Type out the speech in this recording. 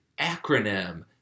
acronym